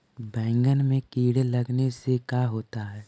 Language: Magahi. बैंगन में कीड़े लगने से का होता है?